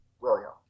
William